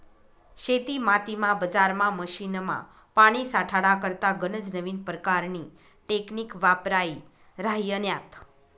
शेतीमातीमा, बजारमा, मशीनमा, पानी साठाडा करता गनज नवीन परकारनी टेकनीक वापरायी राह्यन्यात